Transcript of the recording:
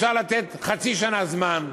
אפשר לתת חצי שנה זמן,